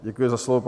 Děkuji za slovo.